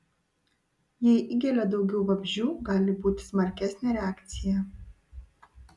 jei įgelia daugiau vabzdžių gali būti smarkesnė reakcija